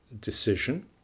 decision